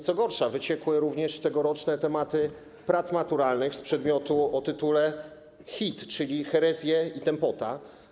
Co gorsza, wyciekły również tegoroczne tematy prac maturalnych z przedmiotu o tytule HIT, czyli herezje i tępota.